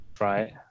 right